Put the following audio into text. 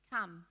Come